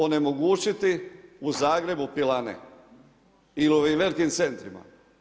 Onemogućiti u Zagrebu pilane ili u ovim velikim centrima.